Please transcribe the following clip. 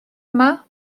yma